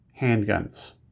handguns